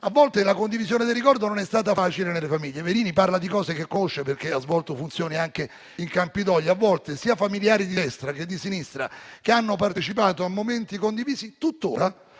A volte, la condivisione del ricordo non è stata facile nelle famiglie. Il senatore Verini parla di cose che conosce, perché ha svolto funzioni anche in Campidoglio. Sia familiari di destra sia di sinistra, che hanno partecipato a momenti condivisi, tuttora